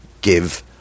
give